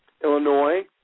Illinois